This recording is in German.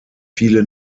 viele